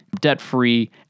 debt-free